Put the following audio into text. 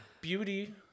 Beauty